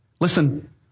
Listen